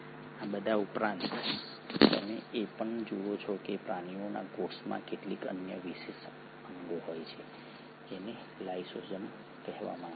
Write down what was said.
આ બધા ઉપરાંત તમે એ પણ જુઓ છો કે પ્રાણીઓના કોષોમાં કેટલાક અન્ય વિશેષ અંગો હોય છે જેને લાઇસોસોમ કહેવામાં આવે છે